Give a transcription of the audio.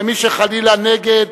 ומי שחלילה נגד